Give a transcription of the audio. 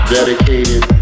dedicated